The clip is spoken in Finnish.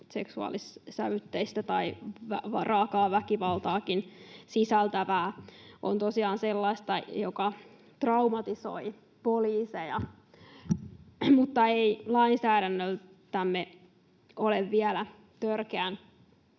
seksuaalissävytteistä tai raakaa väkivaltaakin sisältävää, on tosiaan sellaista, joka traumatisoi poliiseja, mutta ei lainsäädännössämme ole vielä törkeän